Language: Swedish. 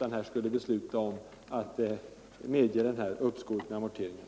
kan komma att besluta om att medge det önskade uppskovet med amorteringar.